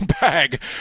bag